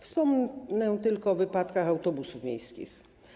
Wspomnę tylko o wypadkach autobusów miejskich.